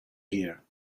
here